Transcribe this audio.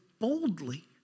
boldly